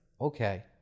Okay